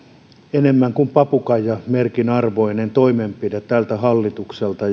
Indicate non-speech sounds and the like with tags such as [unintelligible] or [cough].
enemmän kuin papukaijamerkin arvoinen toimenpide tältä hallitukselta [unintelligible]